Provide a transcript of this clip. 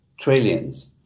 trillions